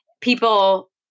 people